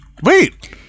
Wait